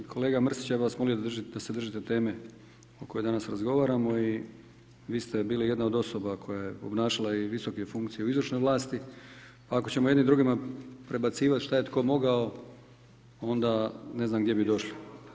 Kolega Mrsić ja bih vas molio da se držite teme o kojoj danas razgovaramo i vi ste bili jedna od osoba koja je obnašala i visoke funkcije u izvršnoj vlasti, pa ako ćemo jedni drugima prebacivati što je tko mogao, onda ne znam gdje bi došli.